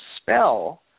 spell